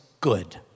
good